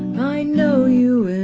i know you